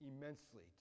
immensely